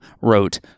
wrote